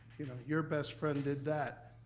you know your best friend did that,